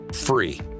free